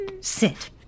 Sit